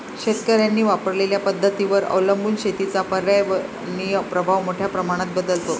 शेतकऱ्यांनी वापरलेल्या पद्धतींवर अवलंबून शेतीचा पर्यावरणीय प्रभाव मोठ्या प्रमाणात बदलतो